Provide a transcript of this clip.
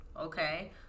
Okay